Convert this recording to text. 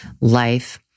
life